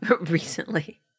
recently